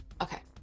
Okay